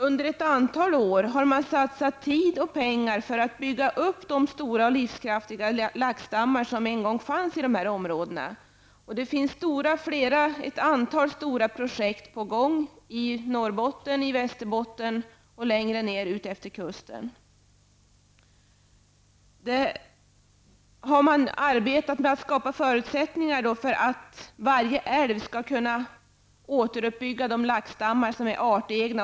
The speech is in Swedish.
Under ett antal år har man satsat tid och pengar för att bygga upp de stora och livskraftiga laxstammar som en gång fanns i dessa områden. Ett antal stora projekt är på gång i Norrbotten och Västerbotten och även längre ned utefter kusten. Man har arbetat med att skapa förutsättningar för att varje älv skall kunna återuppbygga de laxstammar som är artegna.